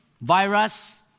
virus